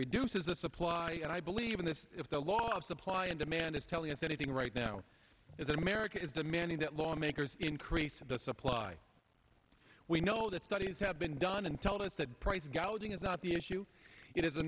reduces the supply and i believe in this if the law of supply and demand is telling us anything right now is that america is demanding that lawmakers increase the supply we know that studies have been done and tell us that price gouging is not the issue it is a